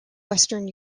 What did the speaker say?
western